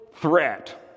threat